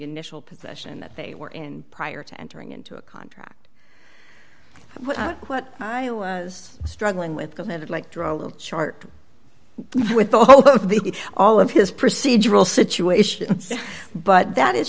initial position that they were in prior to entering into a contract what i was struggling with committed like draw a little chart with all of these all of his procedural situation but that is